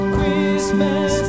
Christmas